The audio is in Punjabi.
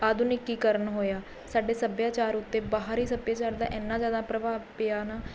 ਆਧੁਨਿਕੀਕਰਨ ਹੋਇਆ ਸਾਡੇ ਸੱਭਿਆਚਾਰ ਉੱਤੇ ਬਾਹਰੀ ਸੱਭਿਆਚਾਰ ਦਾ ਇੰਨਾ ਜ਼ਿਆਦਾ ਪ੍ਰਭਾਵ ਪਿਆ ਨਾ